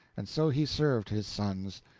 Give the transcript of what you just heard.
and so he served his sons.